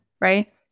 right